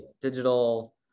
digital